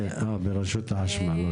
כן, אוקיי, ברשות החשמל.